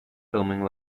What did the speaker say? filming